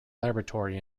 laboratory